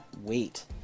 wait